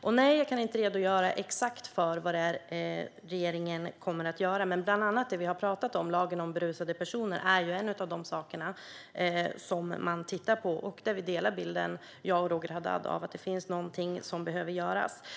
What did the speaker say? Och nej, jag kan inte redogöra exakt för vad regeringen kommer att göra, men bland annat det vi har pratat om - lagen om berusade personer - är en av de saker man tittar på. Roger Haddad delar bilden att det finns något som behöver göras.